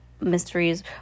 mysteries